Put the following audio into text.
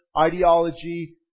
ideology